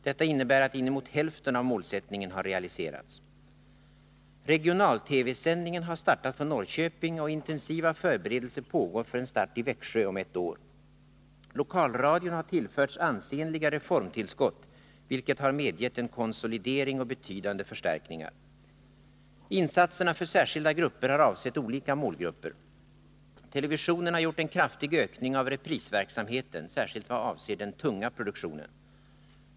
Detta innebär att målsättningen realiserats till inemot hälften. Regional-TV-sändningen har startat från Norrköping, och intensiva förberedelser pågår för en start i Växjö om ett år. Lokalradion har tillförts ansenliga reformtillskott, vilket har medgett en konsolidering och betydande förstärkningar. Insatserna för särskilda grupper har avsett olika målgrupper. Televisionen har gjort en kraftig ökning av reprisverksamheten särskilt vad avser den tunga produktionen.